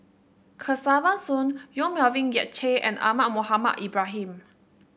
Kesavan Soon Yong Melvin Yik Chye and Ahmad Mohamed Ibrahim